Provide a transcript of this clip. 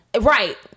Right